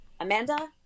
Amanda